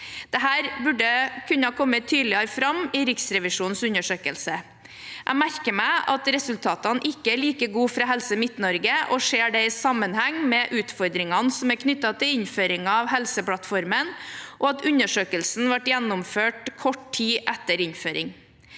Dette burde kommet tydeligere fram i Riksrevisjonens undersøkelse. Jeg merker meg at resultatene ikke er like gode fra Helse Midt-Norge, og ser det i sammenheng med utfordringene som er knyttet til innføringen av Helseplattformen, og at undersøkelsen ble gjennomført kort tid etter innføring.